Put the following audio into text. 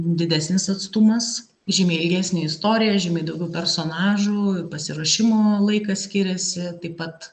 didesnis atstumas žymiai ilgesnė istorija žymiai daugiau personažų pasiruošimo laikas skiriasi taip pat